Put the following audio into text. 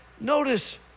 Notice